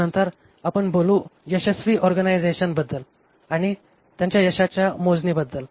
त्यानंतर आपण बोलू यशस्वी ऑर्गनायझेशनबद्दल आणि त्यांच्या यशाच्या मोजणीबद्दल